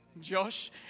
Josh